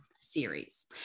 series